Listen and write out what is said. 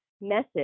message